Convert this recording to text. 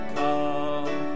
come